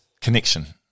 connection